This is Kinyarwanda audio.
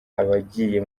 abagiye